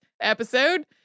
episode